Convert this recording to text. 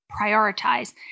prioritize